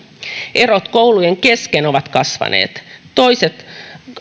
erot koulujen kesken ovat kasvaneet toiset